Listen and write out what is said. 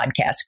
podcast